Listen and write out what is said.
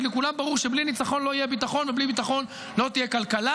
כי לכולם ברור שבלי ניצחון לא יהיה ביטחון ובלי ביטחון לא תהיה כלכלה.